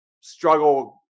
struggle